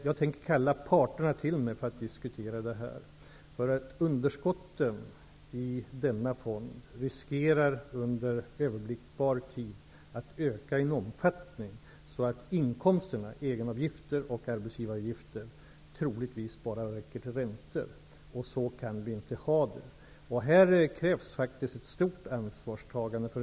Jag tänker kalla parterna till mig för att diskutera den här frågan, för underskottet i denna fond riskerar att under överblickbar tid öka i omfattning så att inkomsterna -- egenavgifter och arbetsgivaravgifter -- troligtvis bara kommer att räcka till räntor. Så kan vi inte ha det. Här krävs stort ansvarstagande.